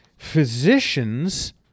Physicians